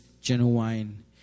genuine